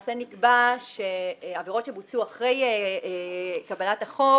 למעשה נקבע שעבירות שבוצעו אחרי קבלת החוק,